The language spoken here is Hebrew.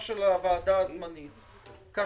של הוועדה הזמנית זו ההופעה הראשונה של השר,